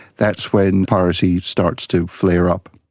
that's when piracy starts to flare up.